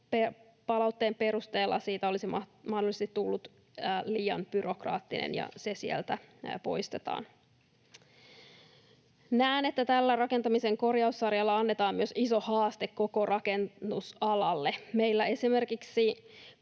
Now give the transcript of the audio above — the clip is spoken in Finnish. lausuntopalautteen perusteella siitä olisi mahdollisesti tullut liian byrokraattinen, ja se sieltä poistetaan. Näen, että tällä rakentamisen korjaussarjalla annetaan myös iso haaste koko rakennusalalle.